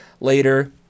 later